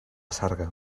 sarga